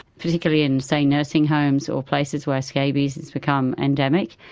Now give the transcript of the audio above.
particularly in, say, nursing homes or places where scabies has become endemic.